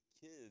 kids